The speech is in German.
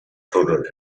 tunnel